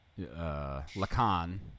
Lacan